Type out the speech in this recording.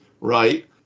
right